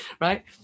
right